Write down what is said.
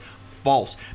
false